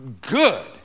Good